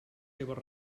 seves